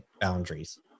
boundaries